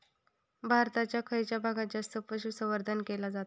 भारताच्या खयच्या भागात जास्त पशुसंवर्धन केला जाता?